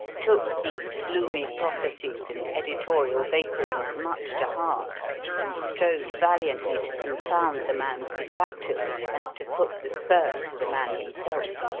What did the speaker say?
took these gloomy prophecies and editorial vapourings much to heart and strove valiantly to confound the man's detractors and to put the spur to the man himself.